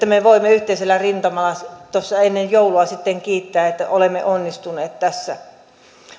me voimme yhteisellä rintamalla tuossa ennen joulua sitten kiittää että olemme onnistuneet tässä